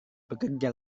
bekerja